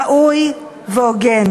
ראוי והוגן.